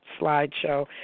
slideshow